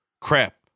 crap